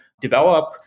develop